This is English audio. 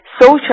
social